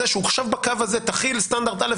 שהוא עכשיו בקו הזה תחיל סטנדרט א',